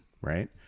right